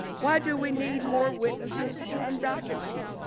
why do we need more witnesses and documents?